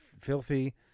filthy